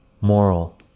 moral